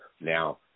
Now